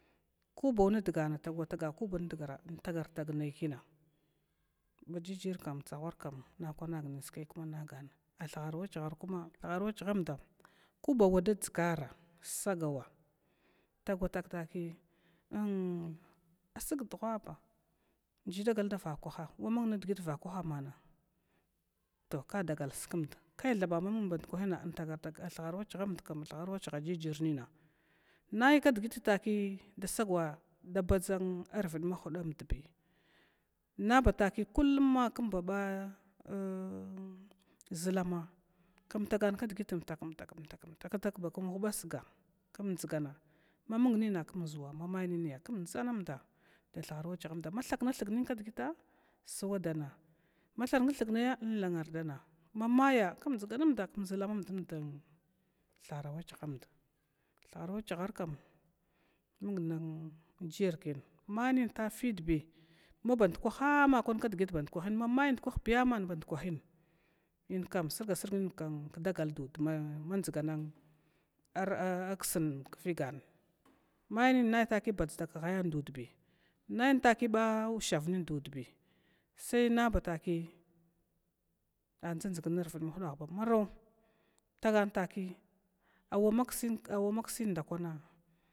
Kobau ndgana tagwataga kobau ndgara ihtagar taga nekina majijir kam tsaghar kam nakwanagnin kskai kai kuma innagan thuha wakyahamda kobauwada dʒugara sagawa tagwatagtaki n asg dugwaba ji dagadavakah duguwaba wamun dugu vakwa mata ka dagal kskmd kai thaba ma mun band kwahina in tagartag thughwarawakyahamd kan thughra wakyagha jir jir nina mai kdgiti da taki da sagawa a taki badʒarvimahudambi naba taki kuluma kumba ʒulama kmtagan kdgi umtak umtak umtak bakum hubasga kmdʒgana mamug nina kumʒuwa mamya kmdʒanamda ma thaknathig nin kdgit swadana mathankna thugnaya inlannardana mamaya kmdʒgananada km ʒlamamda dthuharawakyah amd thuhara wakyaharkam mung jir kin mai nin tafidbi madugha amma kdgit bandkwahim in kam surgsurg nin kgaldud man dʒugana ksn kvigan menin na taki badʒda khaya didbi meni ushavbi saineba taki adʒandg nirvidma hudaha bamarau tagan taki awamaksin nda.